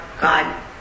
God